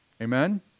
Amen